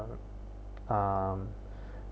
um